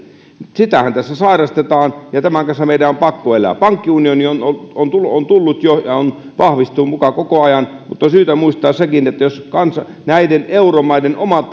sitähän tässä sairastetaan ja tämän kanssa meidän on pakko elää pankkiunioni on tullut jo ja vahvistuu muka koko ajan mutta on syytä muistaa sekin että jos näiden euromaiden omat